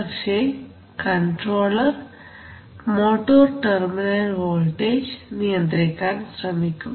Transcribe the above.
പക്ഷേ controller motor terminal voltage നിയന്ത്രിക്കാൻ ശ്രമിക്കും